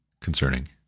concerning